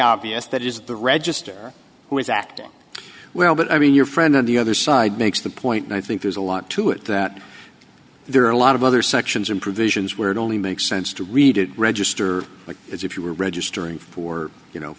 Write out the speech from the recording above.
obvious that is the register who is acting well but i mean your friend on the other side makes the point and i think there's a lot to it that there are a lot of other sections in provisions where it only makes sense to read it register as if you were registering for you know